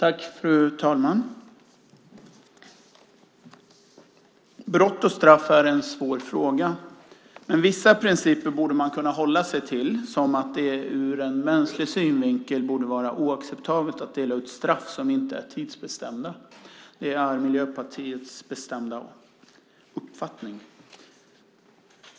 Fru talman! Brott och straff är en svår fråga, men vissa principer borde man kunna hålla sig till, som att det ur en mänsklig synvinkel borde vara oacceptabelt att dela ut straff som inte är tidsbestämda. Det är Miljöpartiets bestämda uppfattning.